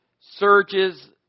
surges